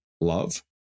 love